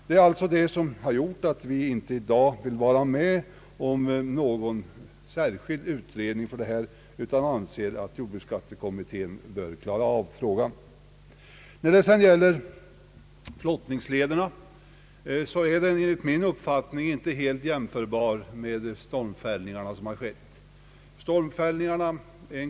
Det är detta som har gjort att vi inte i dag vill ha en särskild utredning om saken, utan anser att jordbruksbeskattningskommittén bör klara av frågan. När det sedan gäller frågan om flottningslederna är den enligt min uppfattning inte helt jämförbar med de stormfällningar som har skett.